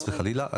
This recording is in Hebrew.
חס וחלילה,